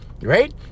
right